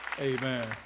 Amen